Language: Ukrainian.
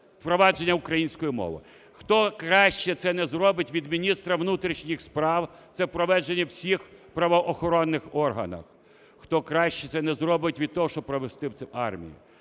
впровадження української мови. Хто краще це не зробить від міністра внутрішніх справ, це в провадженні всіх правоохоронних органах. Хто краще це не зробить від того, щоб провести це в армії.